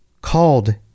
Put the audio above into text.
called